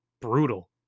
brutal